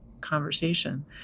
conversation